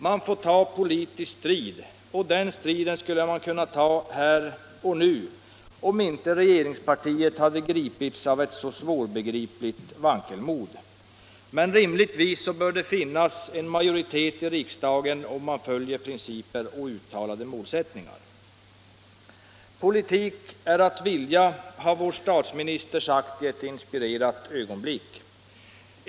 Man får ta politisk strid, och den striden skulle man kunna ta här och nu om inte regeringspartiet gripits av ett så svårbegripligt vankelmod. Men rimligtvis bör det finnas en majoritet i riksdagen om man följer principer och uttalade målsättningar. ”Politik är att vilja” har vår statsminister sagt i ett inspirerat ögonblick.